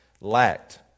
lacked